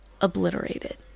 obliterated